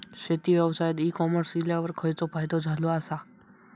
शेती व्यवसायात e commerce इल्यावर खयचो फायदो झालो आसा?